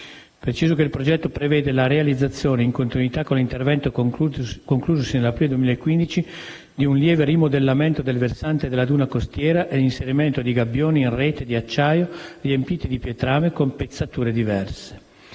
Preciso che il progetto prevede la realizzazione, in continuità con l'intervento conclusosi nell'aprile 2015, di un lieve rimodellamento del versante della duna costiera e l'inserimento di "gabbioni" in rete di acciaio riempiti di pietrame con pezzature diverse.